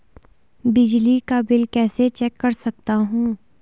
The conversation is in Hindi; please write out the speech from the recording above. बिजली का बिल कैसे चेक कर सकता हूँ?